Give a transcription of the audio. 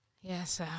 Yes